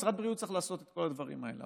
משרד הבריאות צריך לעשות את כל הדברים האלה,